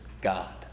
God